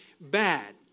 bad